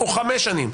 או חמש שנים,